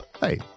Hey